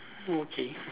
okay